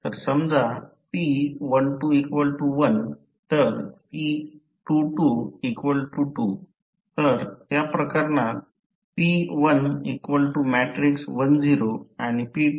तर समजा p121 तर p22 2